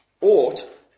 ought